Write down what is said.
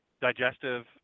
digestive